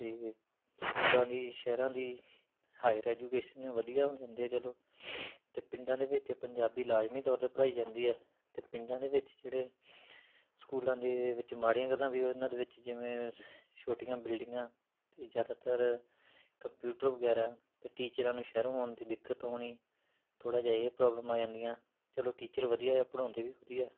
ਅਤੇ ਪਿੰਡਾਂ ਦੀ ਸ਼ਹਿਰਾਂ ਦੀ ਹਾਇਰ ਐਜੂਕੇਸ਼ਨ ਵਧੀਆ ਹੋ ਜਾਂਦੇ ਆ ਚਲੋ ਤੇ ਪਿੰਡਾਂ ਦੇ ਵਿੱਚ ਪੰਜਾਬੀ ਲਾਜ਼ਮੀ ਤੌਰ 'ਤੇ ਪੜ੍ਹਾਈ ਜਾਂਦੀ ਹੈ ਅਤੇ ਪਿੰਡਾਂ ਦੇ ਵਿੱਚ ਜਿਹੜੇ ਸਕੂਲਾਂ ਦੇ ਵਿੱਚ ਮਾੜੀਆਂ ਗੱਲਾਂ ਵੀ ਉਹ ਇਹਨਾਂ ਦੇ ਵਿੱਚ ਜਿਵੇਂ ਛੋਟੀਆਂ ਬਿਲਡਿੰਗਾਂ ਅਤੇ ਜ਼ਿਆਦਾਤਰ ਕੰਪਿਊਟਰ ਵਗੈਰਾ ਅਤੇ ਟੀਚਰਾਂ ਨੂੰ ਸ਼ਹਿਰੋਂ ਆਉਣ ਤੇ ਦਿੱਕਤ ਹੋਣੀ ਥੋੜ੍ਹਾ ਜਿਹਾ ਇਹ ਪ੍ਰੋਬਲਮ ਆ ਜਾਂਦੀਆਂ ਚਲੋ ਟੀਚਰ ਵਧੀਆ ਆ ਪੜ੍ਹਾਉਂਦੇ ਵੀ ਵਧਿਆ